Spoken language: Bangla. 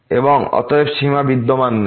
এবং অতএব সীমা বিদ্যমান নেই